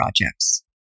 projects